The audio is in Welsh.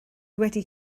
wedi